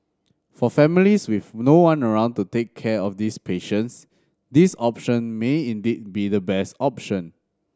for families with no one around to take care of these patients this option may indeed be the best option